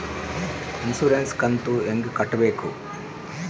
Insurance ಕಂತು ಹೆಂಗ ಕಟ್ಟಬೇಕು?